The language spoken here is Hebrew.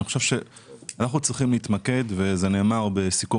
אני חושב שאנחנו צריכים להתמקד וזה נאמר בסיכום